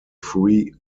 free